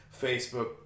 Facebook